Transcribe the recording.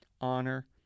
honor